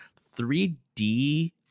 3D